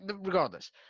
regardless